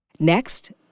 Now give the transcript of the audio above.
Next